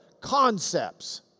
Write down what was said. concepts